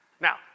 Now